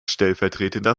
stellvertretender